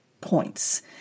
points